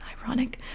ironic